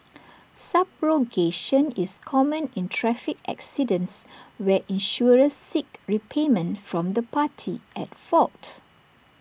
subrogation is common in traffic accidents where insurers seek repayment from the party at fault